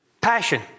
Passion